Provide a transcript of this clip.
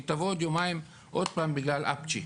היא תבוא עוד יומיים עוד פעם בגלל אפצ'י.